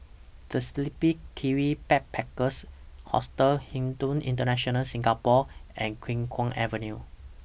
The Sleepy Kiwi Backpackers Hostel Hilton International Singapore and Khiang Guan Avenue